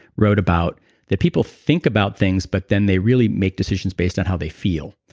wrote about that people think about things but then they really make decisions based on how they feel.